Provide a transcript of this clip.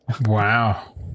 Wow